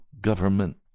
government